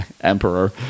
Emperor